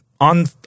on